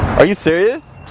are you serious?